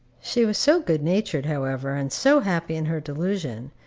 she was so good-natured, however, and so happy in her delusion,